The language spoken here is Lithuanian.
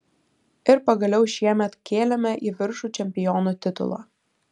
ir pagaliau šiemet kėlėme į viršų čempionų titulą